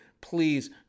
please